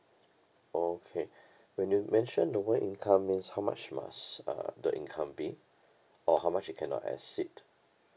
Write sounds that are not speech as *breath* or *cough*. okay *breath* when you mentioned the word income means how much must uh the income be or how much it cannot exceed